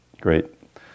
great